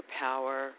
power